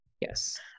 yes